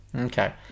Okay